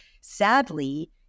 Sadly